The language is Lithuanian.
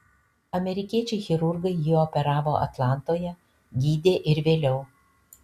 amerikiečiai chirurgai jį operavo atlantoje gydė ir vėliau